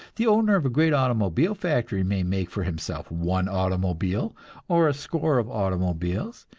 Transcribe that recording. the owner of a great automobile factory may make for himself one automobile or a score of automobiles,